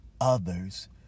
others